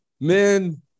Men